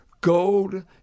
gold